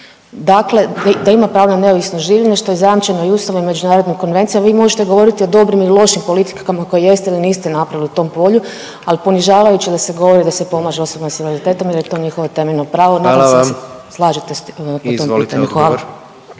dakle da ima pravo na neovisno življenje, što je i zajamčeno i Ustavom i međunarodnim konvencijama i vi možete govoriti o dobrim i lošim politikama koje jeste ili niste napravili u tom polju, ali ponižavajuće da se govori da se pomaže osobama s invaliditetom jer je to njihovo temeljno pravo. .../Upadica: Hvala vam./...